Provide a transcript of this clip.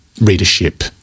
readership